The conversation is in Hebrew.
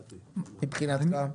מבחינתך?